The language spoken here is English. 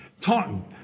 Taunton